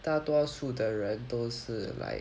大多数的人都是 like